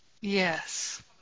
Yes